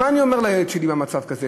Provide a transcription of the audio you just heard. מה אני אומר לילד שלי במצב כזה?